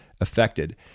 affected